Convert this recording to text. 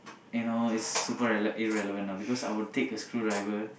and you know it's super rele~ irrelevant lah because I'd take a screwdriver